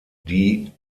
die